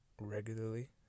regularly